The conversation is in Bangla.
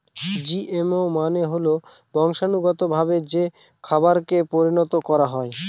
জিএমও মানে হল বংশানুগতভাবে যে খাবারকে পরিণত করা হয়